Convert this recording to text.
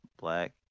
Black